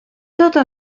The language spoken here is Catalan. tota